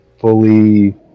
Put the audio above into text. fully